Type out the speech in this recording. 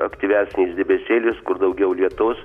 aktyvesnis debesėlis kur daugiau lietaus